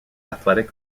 athletic